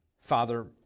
Father